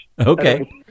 Okay